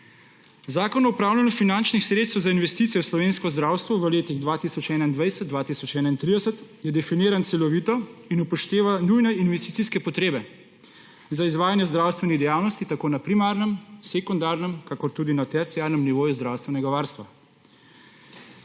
Zakon o upravljanju finančnih sredstev za investicijo v slovensko zdravstvo v letih 2021–2031 je definiran celovito in upošteva nujne investicijske potrebe za izvajanje zdravstvenih dejavnosti tako na primarnem, sekundarnem kakor tudi na terciarnem nivoju zdravstvenega varstva.